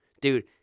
Dude